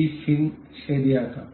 ഈ ഫിൻ ശരിയാക്കാം